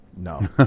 No